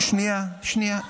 שנייה, שנייה.